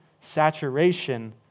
saturation